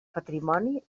patrimoni